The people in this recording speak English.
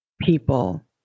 people